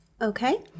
Okay